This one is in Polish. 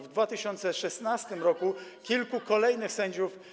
W 2016 r. kilku kolejnych sędziów.